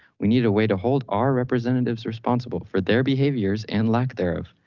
we need a way to hold our representatives responsible for their behaviors and lack thereof.